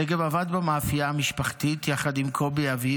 שגב עבד במאפייה משפחתית יחד עם קובי אביו,